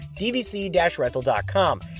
DVC-Rental.com